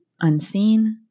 unseen